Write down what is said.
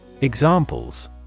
Examples